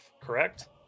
correct